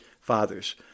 fathers